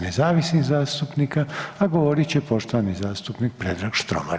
nezavisnih zastupnika, a govorit će poštovani zastupnik Predrag Štromar.